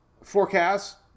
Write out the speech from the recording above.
forecast